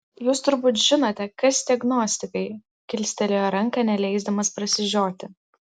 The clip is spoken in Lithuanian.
jūs turbūt žinote kas tie gnostikai kilstelėjo ranką neleisdamas prasižioti